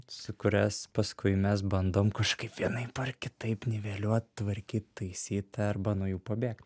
su kurias paskui mes bandom kažkaip vienaip ar kitaip niveliuot tvarkyt taisyt arba nuo jų pabėgt